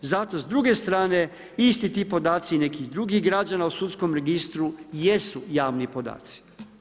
Zato s druge strane isti ti podaci nekih drugih građana u sudskom registru jesu javni podaci.